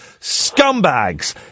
Scumbags